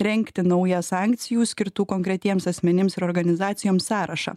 rengti naują sankcijų skirtų konkretiems asmenims ir organizacijoms sąrašą